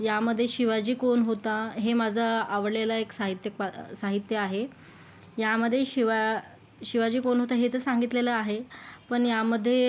यामध्ये शिवाजी कोण होता हे माझा आवडलेलं एक साहित्य पात् साहित्य आहे यामध्ये शिवा शिवाजी कोण होता हे तर सांगितलेलं आहे पण यामध्ये